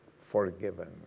Forgiven